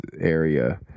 area